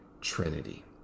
trinity